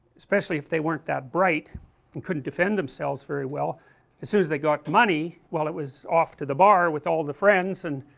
especially if they weren't that bright and couldn't defend themselves very well as soon as they got money, well it was off to the bar with all the friends, and,